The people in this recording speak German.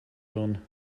hirn